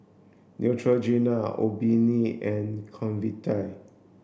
Neutrogena Obimin and Convatec